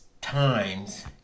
times